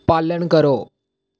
पालन करो